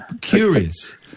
Curious